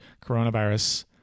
coronavirus